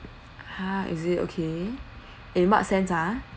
ha is it okay in what sense ah